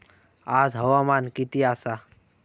आज हवामान किती आसा?